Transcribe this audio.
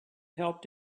helped